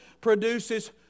produces